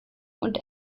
und